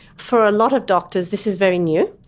for a lot of doctors, this is very new.